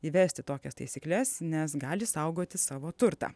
įvesti tokias taisykles nes gali saugoti savo turtą